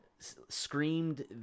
screamed